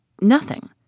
Nothing